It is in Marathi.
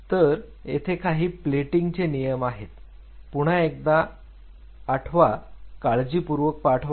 तर येथे काही प्लेटिंग चे नियम आहेत पुन्हा एकदा पाठवा काळजीपूर्वक पाठवा